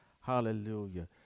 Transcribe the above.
Hallelujah